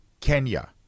kenya